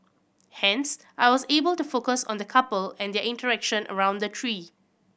hence I was able to focus on the couple and their interaction around the tree